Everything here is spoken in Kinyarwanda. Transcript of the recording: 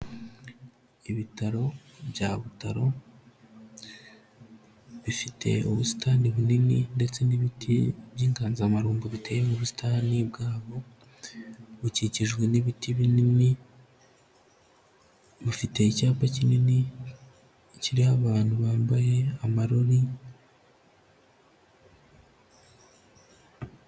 Ibitaro bya Butaro bifite ubusitani bunini ndetse n'ibiti by'inganzamarumbo biteye mu busitani bwabo, bukikijwe n'ibiti binini, bufite icyapa kinini kiriho abantu bambaye amarori.